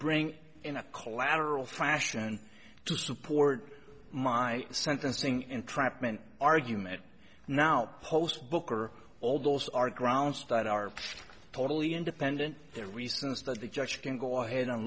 bring in a coal lateral fashion to support my sentencing entrapment argument now post book or all those are grounds that are totally independent their reasons that the judge can go ahead and